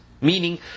meaning